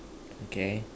okay